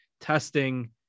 testing